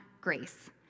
grace